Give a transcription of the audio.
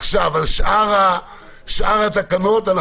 עכשיו על שאר התקנות,